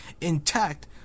intact